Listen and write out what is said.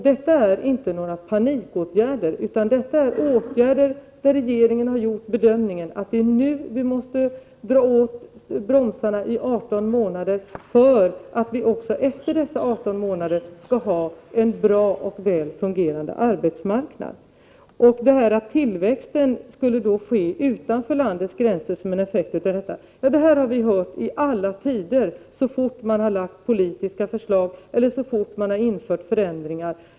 Detta är inga panikåtgärder, utan detta är åtgärder där regeringen har gjort bedömningen att det är nu vi måste dra åt bromsarna i 18 månader, så att vi också efter dessa 18 månader kan ha en bra och väl fungerande arbetsmarknad. Att tillväxten då skulle ske utanför landets gränser som en effekt av detta har vi hört i alla tider så fort vi har lagt fram politiska förslag eller så fort vi har infört förändringar.